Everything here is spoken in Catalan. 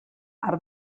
arc